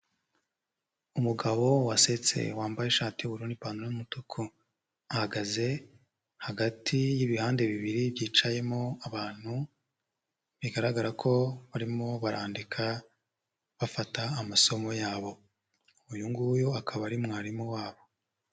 Umugabo wasetse, wambaye ishati y'ubururu n'ipantaro y'umutuku, ahagaze hagati y'ibihande bibiri byicayemo abantu, bigaragara ko barimo barandika, bafata amasomo yabo. Uyu nguyu akaba ari mwarimu wabo.